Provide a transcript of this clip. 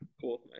Cool